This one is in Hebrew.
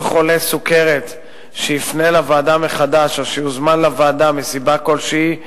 כל חולה סוכרת שיפנה לוועדה מחדש או שיוזמן לוועדה מסיבה כלשהי,